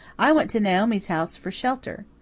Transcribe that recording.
i went to naomi's house for shelter.